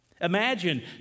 Imagine